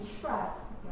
trust